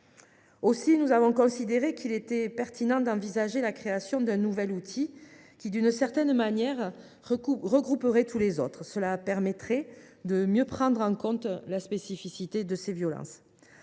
Aussi, nous avons considéré qu’il était pertinent d’envisager la création d’un nouvel outil, qui, d’une certaine manière, regrouperait tous les autres. Cela permettrait de mieux prendre en compte la spécificité de ces violences,